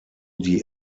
die